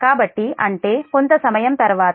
కాబట్టి అంటే కొంత సమయం తర్వాత